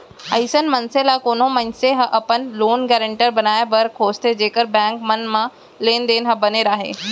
अइसन मनसे ल कोनो मनसे ह अपन लोन गारेंटर बनाए बर खोजथे जेखर बेंक मन म लेन देन ह बने राहय